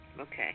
Okay